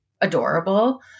adorable